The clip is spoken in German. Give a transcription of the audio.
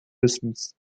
wissens